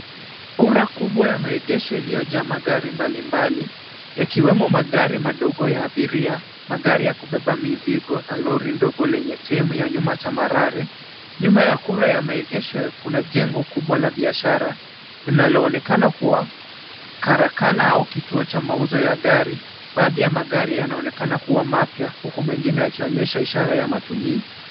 Kura kubwa ya maegesho iliyojaa magari mbalimbali, yakiwemo magari madogo ya abiria, magari ya kubeba mizigo na lori ndogo lenye sehemu ya nyuma tambarare, nyuma ya kura ya maegesho kuna jengo kubwa la biashara linaloonekana kuwa karakana au kituo cha mauzo ya gari .Baadhi ya magari yanaonekana kuwa mapya huku mengine yakionyesha ishara ya matumizi.